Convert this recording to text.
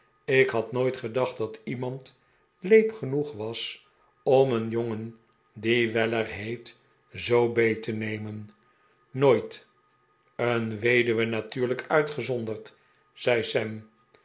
ik had nooit gedacht dat iemand leep genoeg was om een jongen die weller heet zoo beet te nemen nooit een weduwe natuurlijk uitgezonderd zei sam